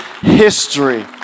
history